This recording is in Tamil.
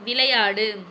விளையாடு